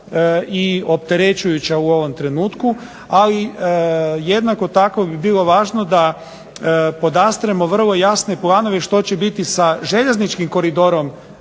i opterećujuća u ovom trenutku, ali jednako tako bi bilo važno da podastremo vrlo jasne planove što će biti sa željezničkim Koridorom